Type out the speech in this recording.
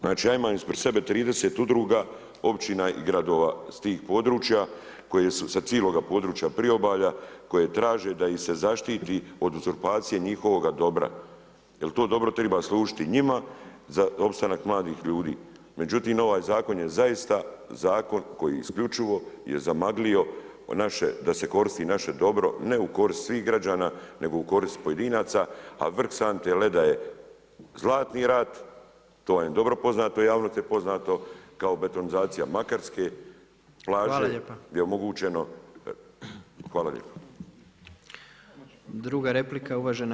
Znači, ja imam ispred sebe 30 udruga, općina i gradova s tih područja, koji su sa cijelog područja priobalja, koje traže da ih se zaštiti od uzurpacije njihovoga dobra, jer to dobro treba služiti njima za opstanak mladih ljudi, međutim ovaj zakon je zaista zakon koji isključivo je zamaglio da se koristi naše dobro, ne u korist svih građana nego u korist pojedinaca, a vrh sante leda je Zlatni rat, to vam je dobro poznato, javnosti je poznato, kao betonizacija Makarske plaže gdje je omogućeno [[Upadica predsjednik: Hvala lijepo.]] Hvala lijepo.